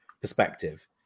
perspective